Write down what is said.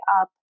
up